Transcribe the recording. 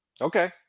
Okay